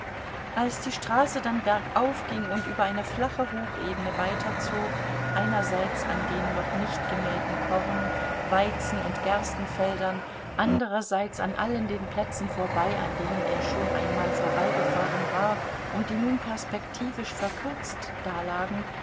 als die straße dann bergauf ging und über eine flache hochebene weiterzog einerseits an den noch nicht gemähten korn weizen und gerstenfeldern andererseits an allen den plätzen vorbei an denen er schon einmal vorbeigefahren war und die nun perspektivisch verkürzt dalagen